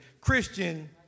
Christian